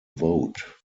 vote